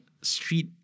street